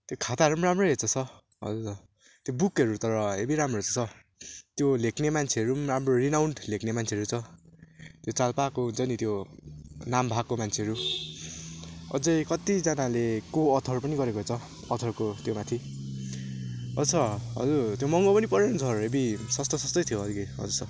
त्यो खाताहरू पनि राम्रै रहेछ सर हजुर स त्यो बुकहरू तर हेभी राम्रो रहेछ सर त्यो लेख्ने मान्छेहरू पनि राम्रो रिनाउन्ड लेख्ने मान्छेहरू छ त्यो चाल पाएको हुन्छ नि त्यो नाम भएको मान्छेहरू अझै कतिजनाले को अथर पनि गरेको हुन्छ अथरको त्योमाथि हजुर सर हजुर त्यो महँगो पनि परेन नि सर हेभी सस्तो सस्तै थियो हगी हजुर सर